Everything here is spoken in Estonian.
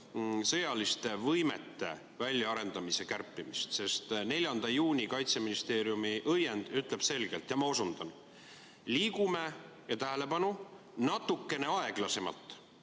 sõjaliste võimete väljaarendamise kärpimisega. 4. juuni Kaitseministeeriumi õiend ütleb selgelt (ma osundan), et liigume – ja tähelepanu! – natukene aeglasemalt